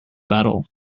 battle